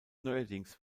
neuerdings